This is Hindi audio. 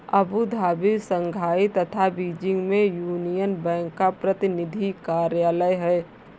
अबू धाबी, शंघाई तथा बीजिंग में यूनियन बैंक का प्रतिनिधि कार्यालय है?